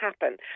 happen